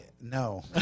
No